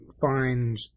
find